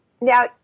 Now